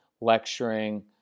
lecturing